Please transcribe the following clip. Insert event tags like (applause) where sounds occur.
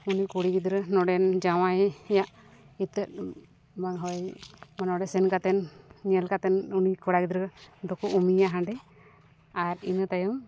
ᱩᱱᱤ ᱠᱩᱲᱤ ᱜᱤᱫᱽᱨᱟᱹ ᱱᱚᱸᱰᱮᱱ ᱡᱟᱶᱟᱭ (unintelligible) ᱱᱚᱸᱰᱮ ᱥᱮᱱ ᱠᱟᱛᱮᱫ ᱧᱮᱞ ᱠᱟᱛᱮᱫ ᱩᱱᱤ ᱠᱚᱲᱟ ᱜᱤᱫᱽᱨᱟᱹ ᱫᱚᱠᱚ ᱩᱢᱮᱭᱟ ᱦᱟᱸᱰᱮ ᱟᱨ ᱤᱱᱟᱹ ᱛᱟᱭᱚᱢ